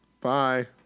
Bye